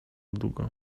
długo